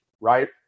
right